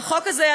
והחוק הזה,